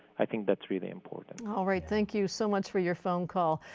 i think that's really important. all right, thank you so much for your phone call.